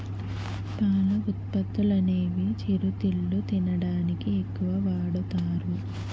పాల ఉత్పత్తులనేవి చిరుతిళ్లు తినడానికి ఎక్కువ వాడుతారు